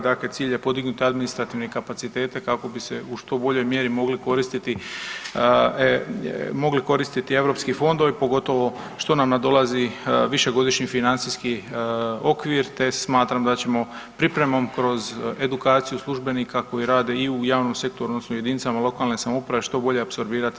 Dakle, cilj je podignuti administrativne kapacitete kako bi se u što boljoj mjeri mogli koristiti europski fondovi pogotovo što nam nadolazi višegodišnji financijski okvir, te smatram da ćemo pripremom kroz edukaciju službenika koji rade i u javnom sektoru, odnosno jedinicama lokalne samouprave što bolje apsorbirati sredstva.